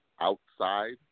outside